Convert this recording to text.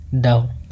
down